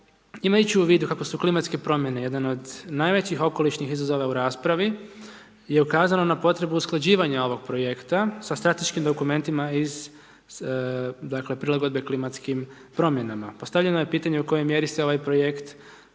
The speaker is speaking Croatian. imajući u vidu kako su klimatske promjene jedan od najvećih okolišnih izazova u raspravi, je ukazano na potrebu usklađivanja ovog projekta sa strateškim dokumentima iz, dakle prilagodbe klimatskim promjenama. Postavljeno je pitanje u kojoj mjeri se ovaj projekt usklađuje